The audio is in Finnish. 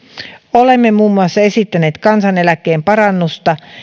olemme muun muassa esittäneet kansaneläkkeen parannusta